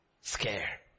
scare